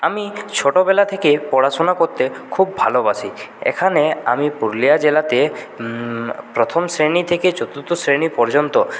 আমি ছোটোবেলা থেকে পড়াশোনা করতে খুব ভালোবাসি এখানে আমি পুরুলিয়া জেলাতে প্রথম শ্রেণী থেকে চতুর্থ শ্রেণী পর্যন্ত